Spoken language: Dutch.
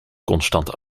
constant